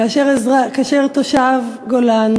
כאשר לתושב הגולן,